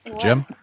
jim